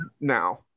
now